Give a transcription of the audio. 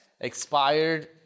expired